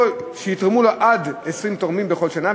אפשר שיתרמו לה עד 20 תורמים בכל שנה,